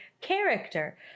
character